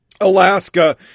Alaska